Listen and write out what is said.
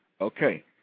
Okay